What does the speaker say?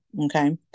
Okay